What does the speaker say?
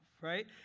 right